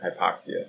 hypoxia